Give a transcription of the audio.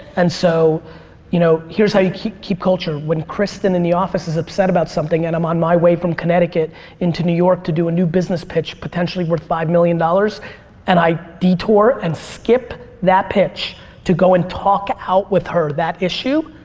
so you know here's how you keep keep culture when kristin in the office is upset about something and i'm on my way from connecticut in to new york to do a new business pitch potentially worth five million dollars and i detour and skip that pitch to go and talk out with her that issue,